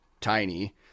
tiny